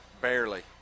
Barely